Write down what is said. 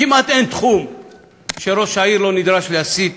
כמעט אין תחום שראש העיר לא נדרש להסיט